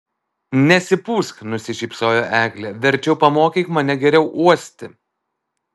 nesipūsk nusišypsojo eglė verčiau pamokyk mane geriau uosti